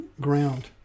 ground